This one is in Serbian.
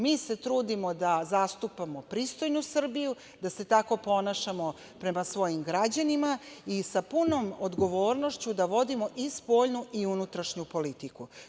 Mi se trudimo da zastupamo pristojnu Srbiju, da se tako ponašamo prema svojim građanima i sa potpunom odgovornošću da vodimo i spoljnu i unutrašnju politiku.